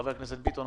חבר הכנסת ביטון,